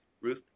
Ruth